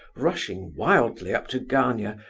rushing wildly up to gania,